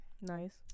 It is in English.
Nice